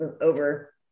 over